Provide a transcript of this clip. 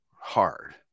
hard